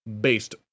Based